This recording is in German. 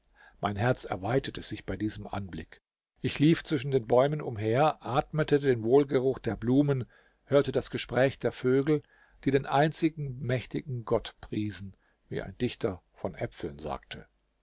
mein herz erweiterte sich bei diesem anblick ich lief zwischen den bäumen umher atmete den wohlgeruch der blumen hörte das gespräch der vögel die den einzigen mächtigen gott priesen wie ein dichter von äpfeln sagte